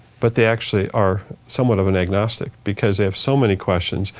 but they actually are somewhat of an agnostic because they have so many questions.